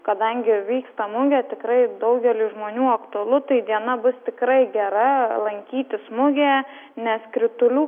kadangi vyksta mugė tikrai daugeliui žmonių aktualu tai diena bus tikrai gera lankytis mugėje nes kritulių kaip